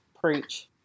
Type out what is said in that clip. Preach